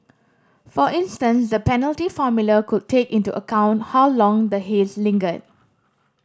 for instance the penalty formula could take into account how long the haze lingered